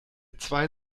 zwei